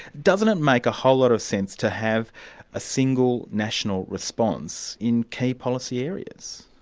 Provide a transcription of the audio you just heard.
doesn't it make a whole lot of sense to have a single national response in key policy areas?